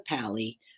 Pally